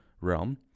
realm